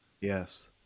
Yes